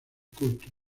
cultos